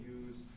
use